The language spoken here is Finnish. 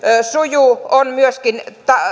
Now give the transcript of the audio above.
sujuu on myöskin